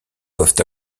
doivent